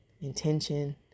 intention